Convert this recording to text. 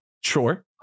Sure